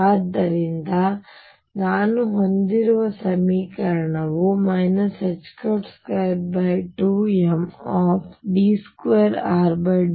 ಈಗ ನಾವು ಈ ಸಮೀಕರಣವನ್ನು ಸರಳಗೊಳಿಸೋಣ